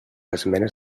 esmenes